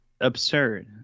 absurd